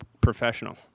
professional